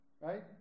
right